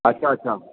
अच्छा अच्छा